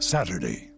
Saturday